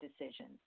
decisions